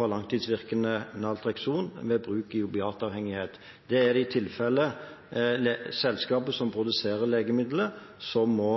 langtidsvirkende Naltrekson ved bruk i opiatavhengighet. Det er det i tilfelle det selskapet som produserer legemiddelet, som må